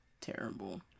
Terrible